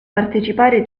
partecipare